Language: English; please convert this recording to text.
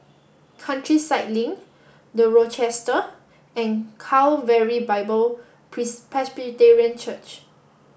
Countryside Link The Rochester and Calvary Bible Presbyterian Church